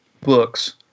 books